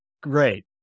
Great